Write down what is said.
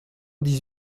dix